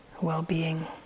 well-being